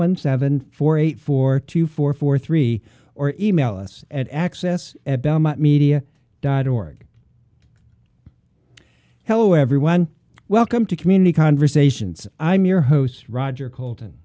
one seven four eight four two four four three or e mail us at access at belmont media dot org hello everyone welcome to community conversations i'm your host roger col